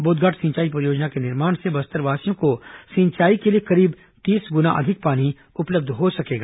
बोधघाट सिंचाई परियोजना के निर्माण से बस्तरवासियों को सिंचाई के लिए करीब तीस गुना अधिक पानी उपलब्ध हो सकेगा